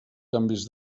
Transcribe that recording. canvis